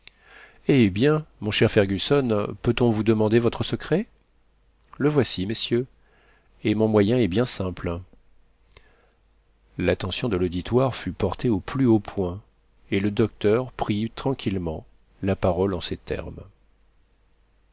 eh bien mon cher fergusson peut-on vous demander votre secret le voici messieurs et mon moyen est bien simple l'attention de l'auditoire fut portée au plus haut point et le docteur prit tranquillement la parole en ces termes